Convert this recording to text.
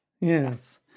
Yes